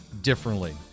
differently